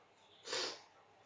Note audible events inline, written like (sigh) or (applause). (noise)